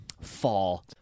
Fall